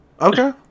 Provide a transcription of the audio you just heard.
Okay